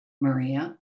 Maria